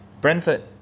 Brentford